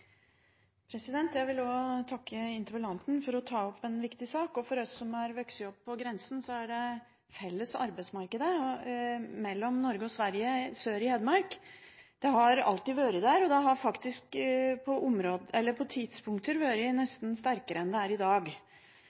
Jeg vil også takke interpellanten for å ta opp en viktig sak. For oss som har vokst opp på grensen, har det felles arbeidsmarkedet mellom Norge og Sverige sør i Hedmark alltid vært der, og det har faktisk på tidspunkter vært nesten sterkere enn det er i dag.